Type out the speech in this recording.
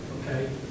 Okay